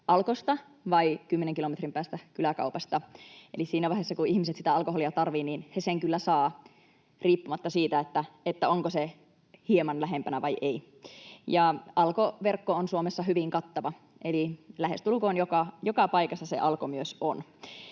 Alkosta vai 10 kilometrin päästä kyläkaupasta. Eli siinä vaiheessa, kun ihmiset sitä alkoholia tarvitsevat, he sen kyllä saavat riippumatta siitä, onko se hieman lähempänä vai ei. Alko-verkko on Suomessa hyvin kattava, eli lähestulkoon joka paikassa se Alko myös on.